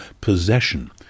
possession